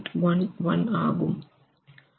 11 ஆகும்